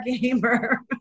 gamer